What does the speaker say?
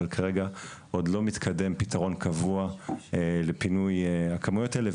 אבל כרגע עוד לא מתקדם פתרון קבוע לפינוי הכמויות האלה,